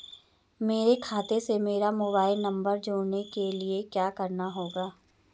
मेरे खाते से मेरा मोबाइल नम्बर जोड़ने के लिये क्या करना होगा?